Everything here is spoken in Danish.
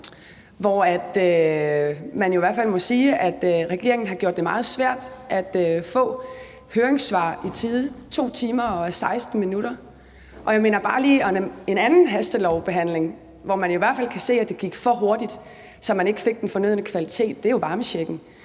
hvor man jo i hvert fald må sige, at regeringen har gjort det meget svært at få høringssvar i tide med en høringsperiode på 2 timer og 16 minutter. Jeg minder bare lige om en anden hastelovbehandling, hvor man i hvert fald kan se, at det gik for hurtigt, så man ikke fik den fornødne kvalitet, og det er jo varmechecken,